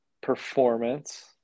performance